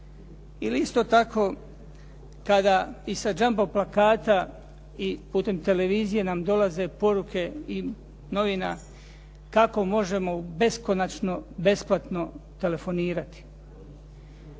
Ili isto tako kada i sa jumbo plakata i putem televizije nam dolaze poruke i novina kako možemo u beskonačno besplatno telefonirati.